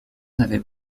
n’avait